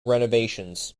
renovations